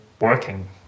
working